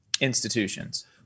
institutions